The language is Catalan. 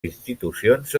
institucions